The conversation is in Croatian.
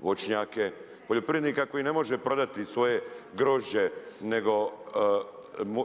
voćnjake, poljoprivrednika koji ne može prodati svoje grožđe nego